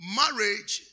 marriage